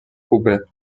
خوبه